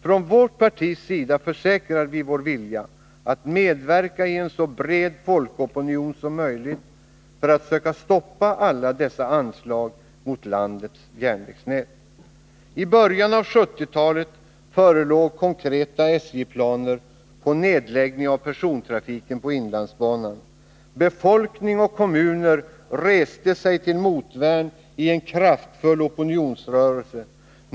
Från vårt partis sida försäkrar vi vår vilja att medverka till en så bred folkopinion som möjligt för att söka stoppa alla dessa anslag mot landets järnvägsnät. I början av 1970-talet förelåg konkreta SJ-planer på nedläggning av persontrafiken på inlandsbanan. Befolkning och kommuner reste sig till motvärn i en kraftfull opinionsrörelse.